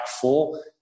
four